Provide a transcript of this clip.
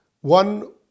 one